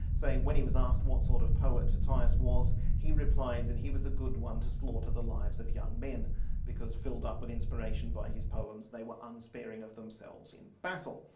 saying when he was asked what sort of poet tyrtaeus was, he replied and he was a good one to slaughter the lives of young men because filled up with inspiration by his poems they were unsparing of themselves in battle.